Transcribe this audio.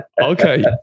Okay